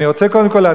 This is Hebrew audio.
קודם כול,